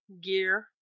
gear